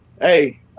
Hey